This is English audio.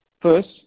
First